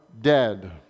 dead